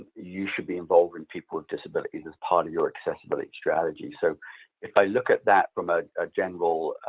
you should be involving people with disabilities as part of your accessibility strategy. so if i look at that from a ah general